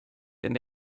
denn